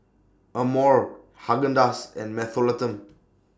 Amore Haagen Dazs and Mentholatum